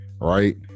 right